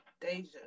Deja